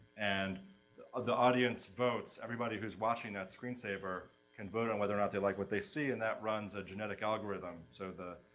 and the, the audience votes, everybody who's watching that screensaver can vote on whether or not they like what they see and that runs a genetic algorithm so the,